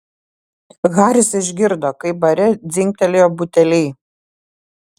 haris išgirdo kaip bare dzingtelėjo buteliai